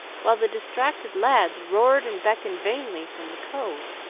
while the distracted lads roared and beckoned vainly from the cove.